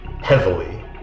heavily